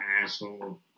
asshole